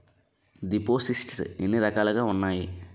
దిపోసిస్ట్స్ ఎన్ని రకాలుగా ఉన్నాయి?